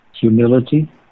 humility